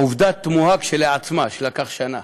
עובדה תמוהה כשלעצמה שלקח שנה.